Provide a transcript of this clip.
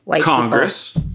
Congress